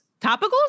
topicals